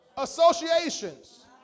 Associations